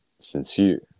sincere